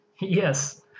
yes